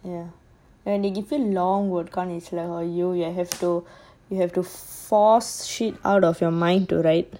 ya when they give you a long word count is like you you have to you have to force shit out of your mind to write